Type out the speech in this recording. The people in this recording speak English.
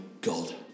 God